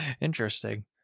Interesting